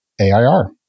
AIR